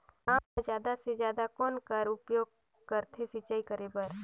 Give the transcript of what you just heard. गांव म जादा से जादा कौन कर उपयोग करथे सिंचाई करे बर?